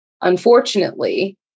unfortunately